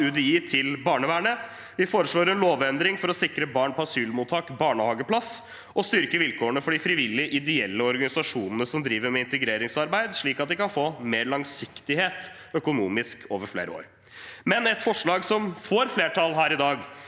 UDI til barnevernet. Vi foreslår en lovendring for å sikre barn på asylmottak barnehageplass og å styrke vilkårene for de frivillige, ideelle organisasjonene som driver med integreringsarbeid, slik at de kan få mer økonomisk langsiktighet over flere år. Men et forslag som får flertall her i dag,